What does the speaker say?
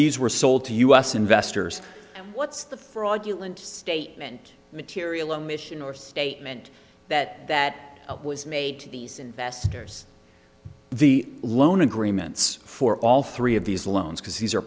these were sold to u s investors what's the fraudulent statement material a mission or statement that that was made to these investors the loan agreements for all three of these loans because these a